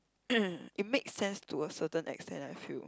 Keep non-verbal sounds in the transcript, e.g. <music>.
<coughs> it makes sense to a certain extent I feel